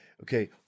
Okay